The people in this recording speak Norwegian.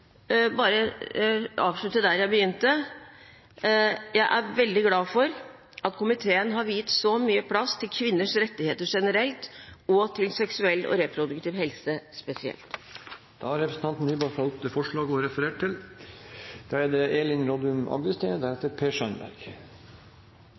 avslutte der jeg begynte. Jeg er veldig glad for at komiteen har viet så mye plass til kvinners rettigheter generelt og til seksuell og reproduktiv helse spesielt. Representanten Marit Nybakk har tatt opp det forslaget hun refererte til. Norge er